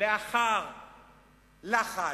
לאחר לחץ,